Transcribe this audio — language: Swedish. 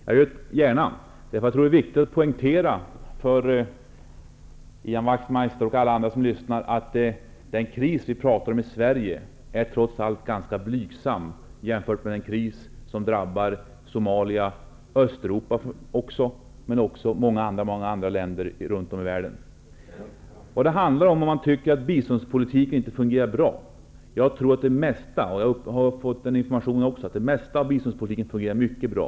Det gör jag gärna, eftersom det är viktigt att poängtera för Ian Wachtmeister och alla andra som lyssnar att den kris som vi har i Sverige trots allt är ganska blygsam jämfört med den kris som har drabbat Somalia, Östeuropa och också många andra länder runt om i världen. Det sägs att biståndspolitiken inte fungerar bra. Jag tror -- och jag har också informerats om -- att det mesta i biståndspolitiken fungerar mycket bra.